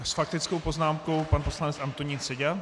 S faktickou poznámkou pan poslanec Antonín Seďa.